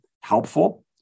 helpful